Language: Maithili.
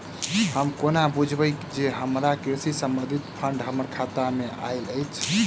हम कोना बुझबै जे हमरा कृषि संबंधित फंड हम्मर खाता मे आइल अछि?